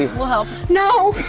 we'll help. no!